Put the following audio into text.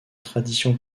tradition